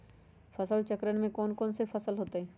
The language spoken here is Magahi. फसल चक्रण में कौन कौन फसल हो ताई?